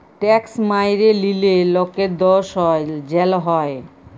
tax ম্যাইরে লিলে লকের দস হ্যয় জ্যাল হ্যয়